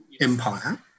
empire